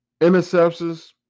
Interceptions